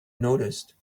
noticed